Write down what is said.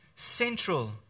central